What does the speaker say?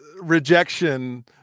rejection